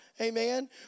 Amen